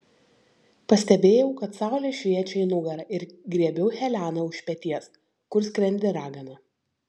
pastebėjau kad saulė šviečia į nugarą ir griebiau heleną už peties kur skrendi ragana